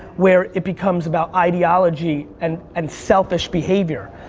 where it becomes about ideology and and selfish behavior.